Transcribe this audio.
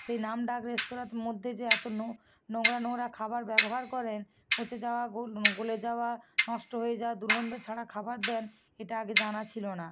সেই নাম ডাক রেস্তরাঁর মধ্যে যে এত নোংরা নোংরা খাবার ব্যবহার করেন পচে যাওয়া গলে যাওয়া নষ্ট হয়ে যাওয়া দুর্গন্ধ ছড়া খাবার দেন এটা আগে জানা ছিল না